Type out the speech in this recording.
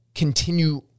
continue